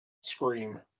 Scream